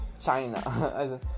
China